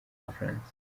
bufaransa